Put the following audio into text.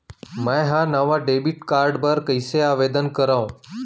मै हा नवा डेबिट कार्ड बर कईसे आवेदन करव?